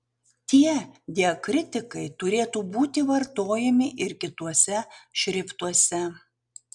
tie diakritikai turėtų būti vartojami ir kituose šriftuose